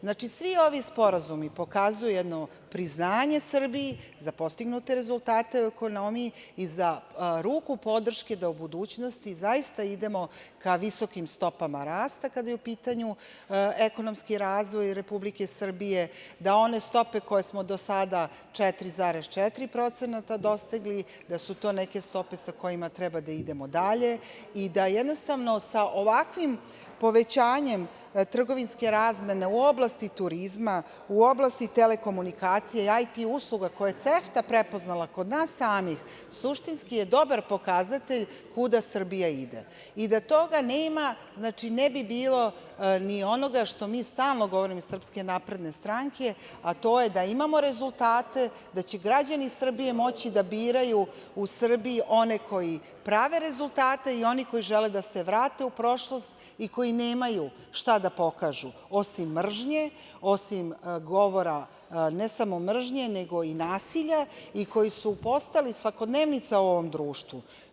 Znači, svi ovi sporazumi pokazuju jedno priznanje Srbiji za postignute rezultate u ekonomiji i za ruku podrške da u budućnosti zaista idemo ka visokim stopama rasta kada je u pitanju ekonomski razvoj Republike Srbije, da one stope koje smo do sada 4,4% dostigli, da su to neke stope sa kojima treba da idemo dalje i da jednostavno sa ovakvim povećanjem trgovinske razmene u oblasti turizma, u oblasti telekomunikacija, IT usluga, koje je CEFTA prepoznala kod nas samih suštinski je dobar pokazatelj kuda Srbija ide, i da toga nema, znači, ne bi bilo ni onoga što mi stalno govorimo iz SNS, a to je da imamo rezultate, da će građani Srbije moći da biraju u Srbiji one koji prave rezultate i oni koji žele da se vrate u prošlost i koji nemaju šta da pokažu osim mržnje, osim govora, ne samo mržnje, nego i nasilje i koji su postali svakodnevnica u ovom društvu.